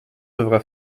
devra